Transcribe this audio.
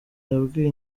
yabwiye